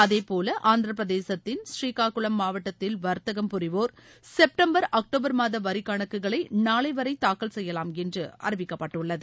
அதேபோல ஆந்திரப்பிரதேசத்தின் ஸ்ரீகாக்குளம் மாவட்டத்தில் வர்த்தகம் புரிவோர் கெப்டம்பர் அக்டோபர் மாத வரிக் கணக்குகளை நாளை வரை தாக்கல் செய்யலாம் என்று அறிவிக்கப்பட்டுள்ளது